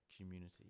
community